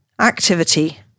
activity